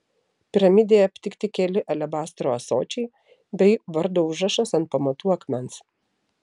piramidėje aptikti keli alebastro ąsočiai bei vardo užrašas ant pamatų akmens